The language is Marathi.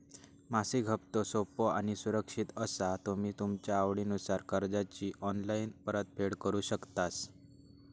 मासिक हप्तो सोपो आणि सुरक्षित असा तुम्ही तुमच्या आवडीनुसार कर्जाची ऑनलाईन परतफेड करु शकतास